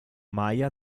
maya